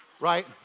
right